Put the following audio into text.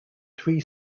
three